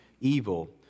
evil